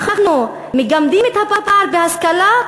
אנחנו מגמדים את הפער בהשכלה,